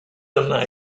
arna